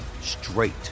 straight